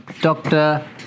doctor